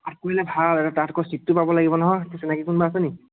তাত কৰিলে ভাল তাত আকৌ চিটটো পাব লাগিব নহয় তোৰ চিনাকি কোনোৱা আছে নেকি